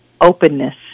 Openness